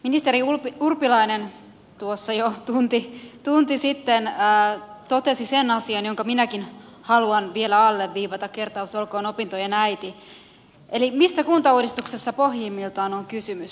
ministeri urpilainen tuossa jo tunti sitten totesi sen asian jonka minäkin haluan vielä alleviivata kertaus olkoon opintojen äiti eli mistä kuntauudistuksessa pohjimmiltaan on kysymys